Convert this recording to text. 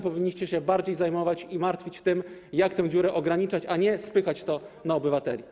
Powinniście bardziej zajmować się i martwić się tym, jak tę dziurę ograniczać, a nie spychać to na obywateli.